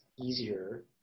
easier